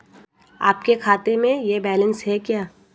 आपके खाते में यह बैलेंस है क्या?